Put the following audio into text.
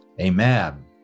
Amen